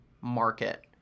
market